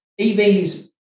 EVs